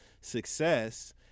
Success